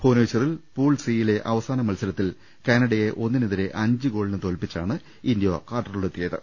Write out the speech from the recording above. ഭുവനേശ്വരിൽ pool C യിലെ അവസാന മത്സര ത്തിൽ കാനഡയെ ഒന്നിനെതിരെ അഞ്ച് ഗോളിന് തോൽപ്പി ച്ചാണ് ഇന്ത്യ കാർട്ടറിലെത്തിയത്